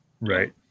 right